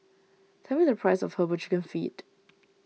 tell me the price of Herbal Chicken Feet